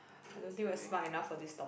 I don't think we've spa enough for this stop